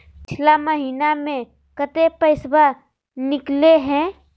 पिछला महिना मे कते पैसबा निकले हैं?